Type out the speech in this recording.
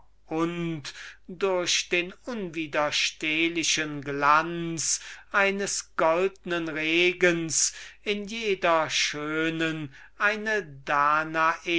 und durch den unwiderstehlichen glanz eines goldnen regens in jeder schönen eine danae